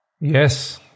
Yes